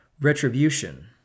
retribution